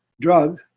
drug